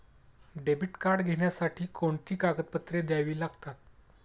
Debit card घेण्यासाठी कोणती कागदपत्रे द्यावी लागतात?